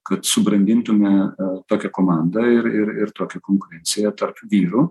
kad subrandintume tokią komandą ir ir ir tokią konkurenciją tarp vyrų